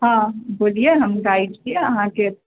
हँ बोलिए हम गाइड छी अहाँके